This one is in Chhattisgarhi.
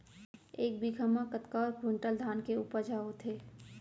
एक बीघा म कतका क्विंटल धान के उपज ह होथे?